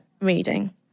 reading